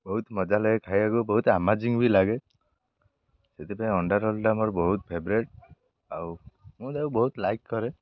ବହୁତ ମଜା ଲାଗେ ଖାଇବାକୁ ବହୁତ ଆମେଜିଂ ବି ଲାଗେ ସେଥିପାଇଁ ଅଣ୍ଡା ରୋଲ୍ଟା ମୋର ବହୁତ ଫେଭରେଟ୍ ଆଉ ମୁଁ ତାକୁ ବହୁତ ଲାଇକ୍ କରେ